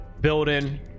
building